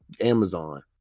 Amazon